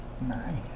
Nine